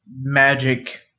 magic